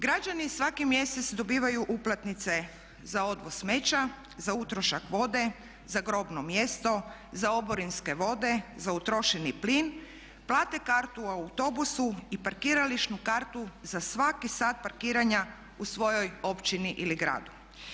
Građani svaki mjesec dobivaju uplatnice za odvoz smeća, za utrošak vode, za grobno mjesto, za oborinske vode, za utrošeni plin, plate kartu u autobusu i parkirališnu kartu za svaki sat parkiranja u svojoj općini ili gradu.